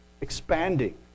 expanding